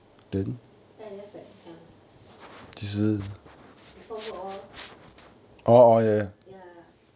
then I just like 这样 before work lor ya